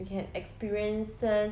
we had experiences